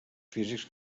físics